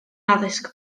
addysg